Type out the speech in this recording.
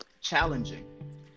challenging